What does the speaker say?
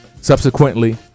subsequently